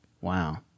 wow